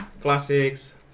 classics